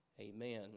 Amen